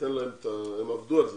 ניתן להם את ה הם עבדו על זה,